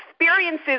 experiences